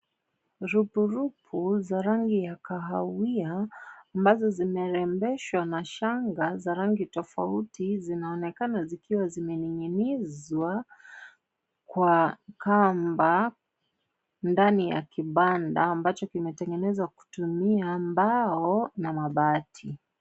Rupu rupu za rangi ya kahawiya, ambazo zimerembeshwa na shanga za rangi tofauti zinaonekana zikiwa zimeninginizwa kwa kamba ndani ya kibanda ambacho kimetengenezwa kutumia mbao na mabati.